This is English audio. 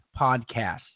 podcast